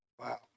Wow